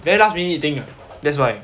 then last minute thing ah that's why